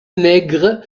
nègre